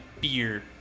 beer